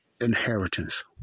inheritance